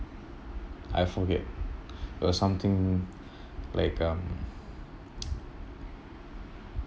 I forget was something was um